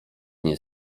nie